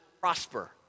prosper